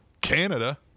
Canada